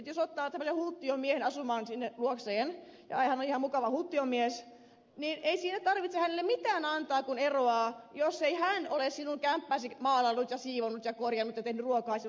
jos ottaa tämmöisen hulttiomiehen asumaan sinne luokseen ja hän on ihan mukava hulttiomies niin ei siinä tarvitse hänelle mitään antaa kun eroaa jos hän ei ole sinun kämppääsi maalannut ja siivonnut ja korjannut ja tehnyt ruokaa esimerkiksi koko ajan